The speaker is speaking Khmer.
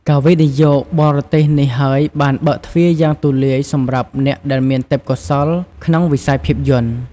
ការវិនិយោគបរទេសនេះហើយបានបើកទ្វារយ៉ាងទូលាយសម្រាប់អ្នកដែលមានទេពកោសល្យក្នុងវិស័យភាពយន្ត។